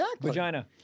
vagina